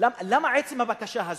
למה עצם הבקשה הזאת?